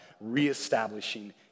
reestablishing